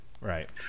Right